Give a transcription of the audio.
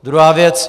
Druhá věc.